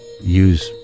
use